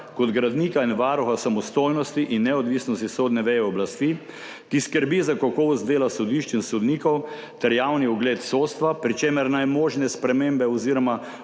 kot gradnika in varuha samostojnosti in neodvisnosti sodne veje oblasti, ki skrbi za kakovost dela sodišč in sodnikov ter javni ugled sodstva, pri čemer naj možne spremembe oziroma